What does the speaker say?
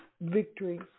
victory